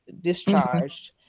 discharged